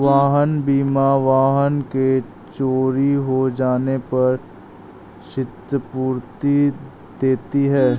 वाहन बीमा वाहन के चोरी हो जाने पर क्षतिपूर्ति देती है